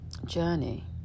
Journey